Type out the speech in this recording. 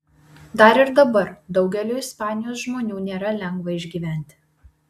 dar ir dabar daugeliui ispanijos žmonių nėra lengva išgyventi